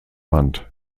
wand